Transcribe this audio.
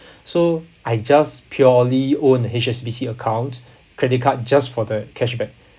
so I just purely own H_S_B_C account credit card just for the cashback